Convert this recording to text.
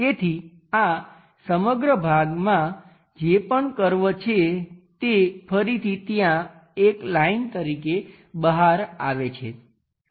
તેથી આ સમગ્ર ભાગમાં જે પણ કર્વ છે તે ફરીથી ત્યાં એક લાઈન તરીકે બહાર આવે છે